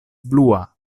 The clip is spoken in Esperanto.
blua